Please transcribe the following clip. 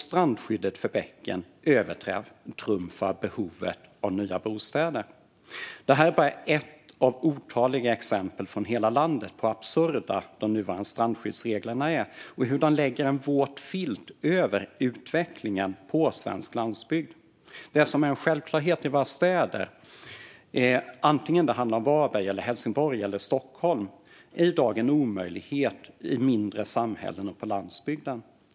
Strandskyddet för bäcken övertrumfar behovet av nya bostäder. Det här är bara ett av otaliga exempel från hela landet på hur absurda de nuvarande strandskyddsreglerna är och hur de lägger en våt filt över utvecklingen på svensk landsbygd. Det som är en självklarhet i våra städer, oavsett om det handlar om Varberg, Helsingborg eller Stockholm, är i dag en omöjlighet i mindre samhällen och på landsbygden.